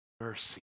mercy